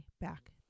back